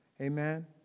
Amen